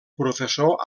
professor